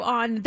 on